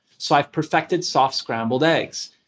so i've perfected soft scrambled eggs.